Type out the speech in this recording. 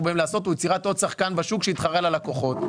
לעשות הוא יצירת עוד שחקן בשוק שיתחרה על הלקוחות.